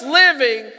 living